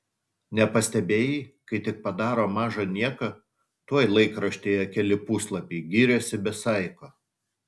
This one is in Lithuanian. nepastebėjai kai tik padaro mažą nieką tuoj laikraštyje keli puslapiai giriasi be saiko